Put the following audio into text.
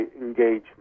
engagement